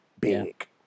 big